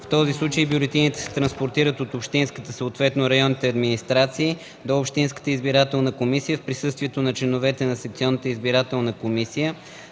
„В този случай бюлетините се транспортират от общинската, съответно районните администрации до общинската избирателна комисия в присъствието на членовете на секционната избирателна комисия